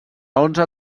onze